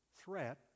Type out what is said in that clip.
threat